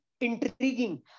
intriguing